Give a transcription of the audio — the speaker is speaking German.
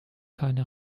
keine